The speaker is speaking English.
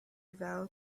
vowed